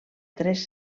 tres